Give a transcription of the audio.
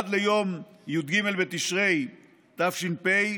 עד ליום י"ג בתשרי תש"ף,